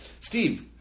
Steve